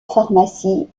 pharmacie